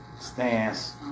stance